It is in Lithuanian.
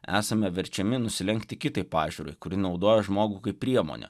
esame verčiami nusilenkti kitai pažiūrai kuri naudoja žmogų kaip priemonę